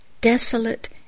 desolate